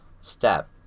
step